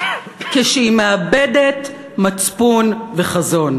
כשהיא מאבדת מצפון וחזון.